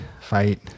fight